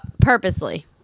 purposely